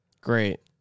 Great